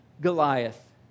Goliath